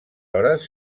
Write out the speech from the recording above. hores